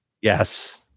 Yes